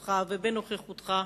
בחסותך ובנוכחותך,